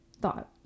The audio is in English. thought